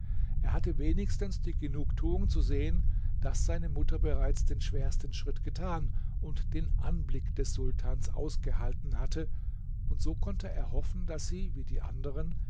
er hatte wenigstens die genugtuung zu sehen daß seine mutter bereits den schwersten schritt getan und den anblick des sultans ausgehalten hatte und so konnte er hoffen daß sie wie die andern